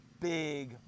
big